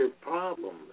problem